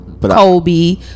Kobe